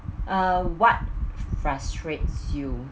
uh what frustrates you